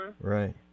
Right